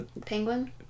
Penguin